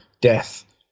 Death